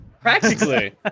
Practically